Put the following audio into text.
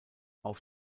auf